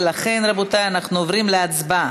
ולכן, רבותי, אנחנו עוברים להצבעה.